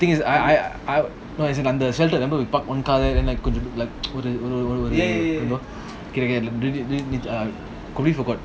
the thing is I I I no as in under shelter remember we park one car there then like ஒருஒருஒரு:oru oru oru completely forgot